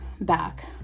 back